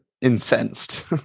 incensed